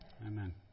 Amen